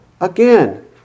again